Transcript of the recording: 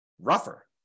rougher